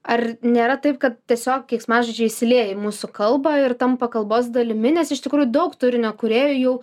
ar nėra taip kad tiesiog keiksmažodžiai įsiliejo į mūsų kalbą ir tampa kalbos dalimi nes iš tikrųjų daug turinio kūrėjų jau